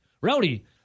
Rowdy